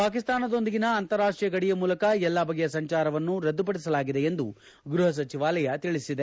ಪಾಕಿಸ್ತಾನದೊಂದಿಗಿನ ಅಂತಾರಾಷ್ಷೀಯ ಗಡಿಯ ಮೂಲಕ ಎಲ್ಲಾ ಬಗೆಯ ಸಂಚಾರವನ್ನು ರದ್ದುಪಡಿಸಲಾಗಿದೆ ಎಂದು ಗ್ಟಹಸಚಿವಾಲಯ ತಿಳಿಸಿದೆ